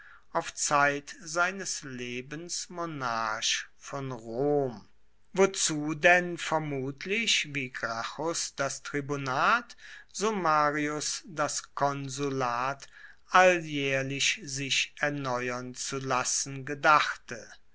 auf zeit seines lebens monarch von rom wozu denn vermutlich wie gracchus das tribunat so marius das konsulat alljährlich sich erneuern zu lassen gedachte